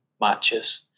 matches